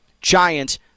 giants